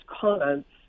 comments